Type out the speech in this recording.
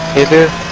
it is